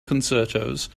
concertos